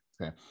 okay